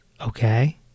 okay